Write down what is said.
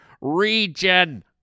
region